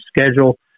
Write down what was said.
schedule